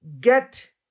get